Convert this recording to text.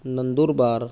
Nandurbar